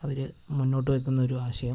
അവര് മുന്നോട്ട് വയ്ക്കുന്ന ഒരു ആശയം